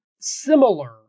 similar